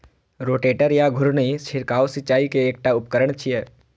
rotator या घुर्णी छिड़काव सिंचाइ के एकटा उपकरण छियै